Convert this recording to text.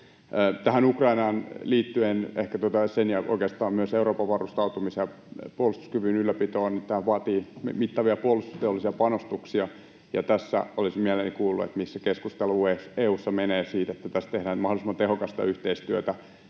Tähän Ukrainaan ja ehkä oikeastaan myös Euroopan varustautumis- ja puolustuskyvyn ylläpitoon liittyen: tämä vaatii mittavia puolustusteollisia panostuksia, ja tässä olisin mielelläni kuullut, missä keskustelu EU:ssa menee siitä, että tässä tehdään mahdollisimman tehokasta yhteistyötä,